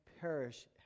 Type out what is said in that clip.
perish